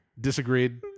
Disagreed